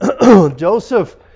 Joseph